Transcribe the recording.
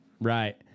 Right